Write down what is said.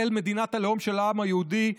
ישראל מדינת הלאום של העם היהודי,